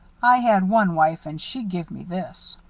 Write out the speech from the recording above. i had one wife and she give me this.